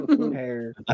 hair